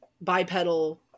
Bipedal